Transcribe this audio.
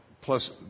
Plus